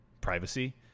privacy